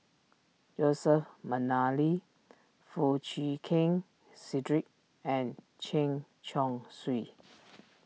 Joseph McNally Foo Chee Keng Cedric and Chen Chong Swee